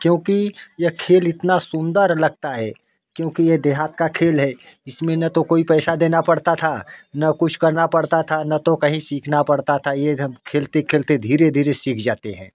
क्योंकि यह खेल इतना सुन्दर लगता है क्योंकि यह देहात का खेल है इसमें न तो कोई पैसा देना पड़ता था न कुछ करना पड़ता था न तो कहीं सीखना पड़ता था यह सब खेलते खेलते धीरे धीरे सीख जाते हैं